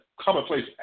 commonplace